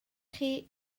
chi